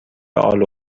الو